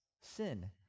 sin